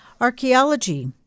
Archaeology